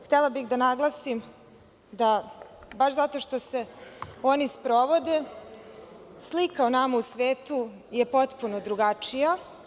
Htela bih da naglasim da baš zato što se oni sprovode, slika o nama u svetu je potpuno drugačija.